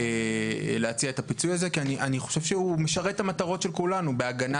רק אבקש להוסיף משהו מהצד של היצרנים,